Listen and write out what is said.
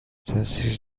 تاثیر